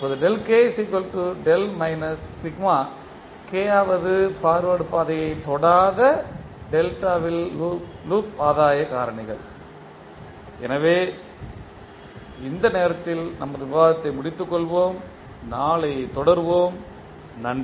இப்போது k வது forward பாதையைத் தொடாத ல் லூப் ஆதாய காரணிகள் எனவே இந்த நேரத்தில் நமது விவாதத்தை முடித்துக் கொள்வோம் நாளை தொடருவோம் நன்றி